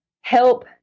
help